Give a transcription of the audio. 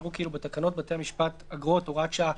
יקראו בתקנות בתי המשפט (אגרות) (הוראת שעה),